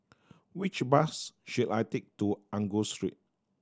which bus should I take to Angus Street